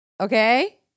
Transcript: Okay